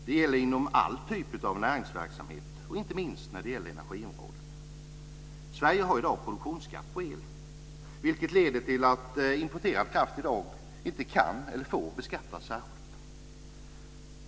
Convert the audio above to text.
Det gäller inom all typ av näringsverksamhet, inte minst på energiområdet. Sverige har i dag produktionsskatt på el, vilket leder till att importerad kraft inte kan eller får beskattas särskilt.